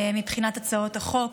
מבחינת הצעות החוק.